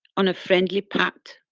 on a friendly path.